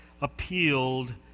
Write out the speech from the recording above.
appealed